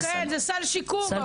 זה סל שיקום.